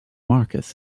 marcus